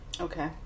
Okay